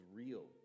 real